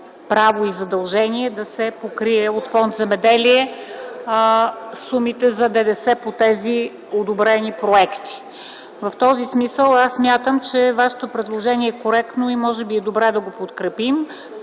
право и задължение да се покрият от Фонд „Земеделие” сумите за ДДС по тези одобрени проекти. В този смисъл смятам, че вашето предложение е коректно и може би е добре да го подкрепим.